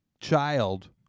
child